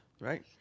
right